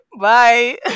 Bye